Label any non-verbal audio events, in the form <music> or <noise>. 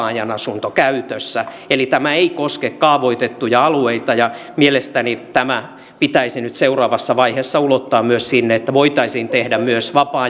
<unintelligible> ajanasuntokäytössä eli tämä ei koske kaavoitettuja alueita mielestäni tämä pitäisi nyt seuraavassa vaiheessa ulottaa myös sinne että voitaisiin tehdä myös vapaa <unintelligible>